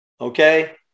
okay